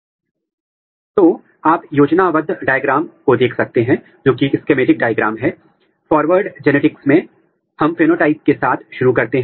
इसलिए अभिव्यक्ति पैटर्न का स्पेसीएल और टेंपोरल रूप से विश्लेषण करने के कई तरीके हैं एक तरीका है R N A in situ संकरण